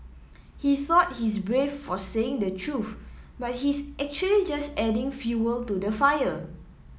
he thought he's brave for saying the truth but he's actually just adding fuel to the fire